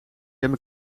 een